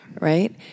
right